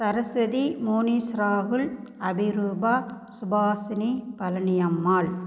சரஸ்வதி மோனிஷ் ராகுல் அபிரூபா சுபாஷினி பழனியம்மாள்